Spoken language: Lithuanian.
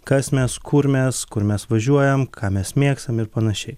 kas mes kur mes kur mes važiuojam ką mes mėgstam ir panašiai